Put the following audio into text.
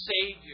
Savior